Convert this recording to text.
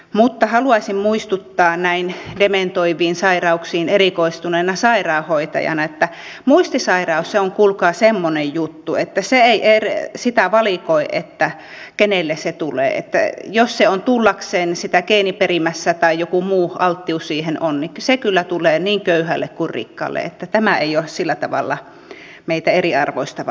mutta haluaisin muistuttaa näin dementoiviin sairauksiin erikoistuneena sairaanhoitajana että muistisairaus on kuulkaa semmoinen juttu että se ei sitä valikoi kenelle se tulee niin että jos se on tullakseen sitä on geeniperimässä tai joku muu alttius siihen on niin se kyllä tulee niin köyhälle kuin rikkaalle että tämä ei ole sillä tavalla meitä eriarvoistava asia